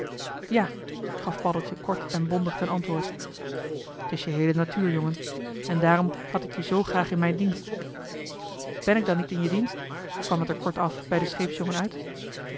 ja gaf paddeltje kort en bondig ten antwoord t is je heele natuur jongen en daarom had ik je zoo graag in mijn dienst ben ik dan niet in je dienst kwam het er kortaf bij den scheepsjongen uit